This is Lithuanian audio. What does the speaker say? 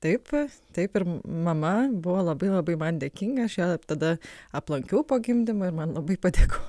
taip taip ir mama buvo labai labai man dėkinga aš ją tada aplankiau po gimdymo ir man labai patiko